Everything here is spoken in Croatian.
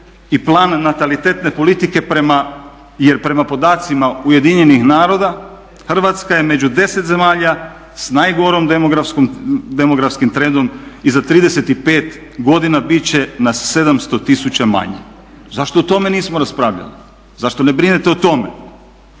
i plan natalitetne politike prema, jer prema podacima UN-a Hrvatska je među 10 zemalja s najgorim demografskim trendom i za 35 godina bit će nas 700000 manje. Zašto o tome nismo raspravljali? Zašto ne brinete o tome?